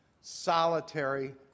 solitary